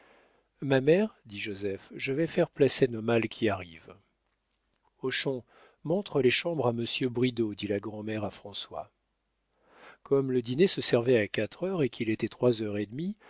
ma mère dit joseph je vais faire placer nos malles qui arrivent hochon montre les chambres à monsieur bridau dit la grand'mère à françois comme le dîner se servait à quatre heures et qu'il était trois heures et demie